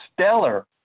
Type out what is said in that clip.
stellar